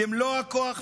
במלוא הכוח והעוצמה,